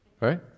Right